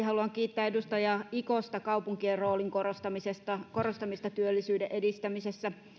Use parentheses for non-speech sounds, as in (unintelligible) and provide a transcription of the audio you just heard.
(unintelligible) haluan kiittää edustaja ikosta kaupunkien roolin korostamisesta työllisyyden edistämisessä